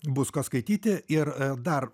bus ką skaityti ir dar